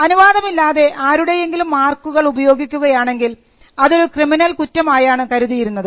അനുവാദമില്ലാതെ ആരുടെയെങ്കിലും മാർക്കുകൾ ഉപയോഗിക്കുകയാണെങ്കിൽ അതൊരു ക്രിമിനൽ കുറ്റമായാണ് കരുതിയിരുന്നത്